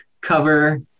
cover